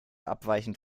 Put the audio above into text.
abweichend